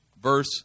verse